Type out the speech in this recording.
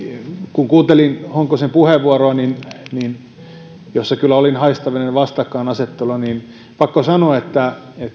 kun kuuntelin honkosen puheenvuoroa jossa kyllä olin haistavinani vastakkainasettelua niin on pakko sanoa että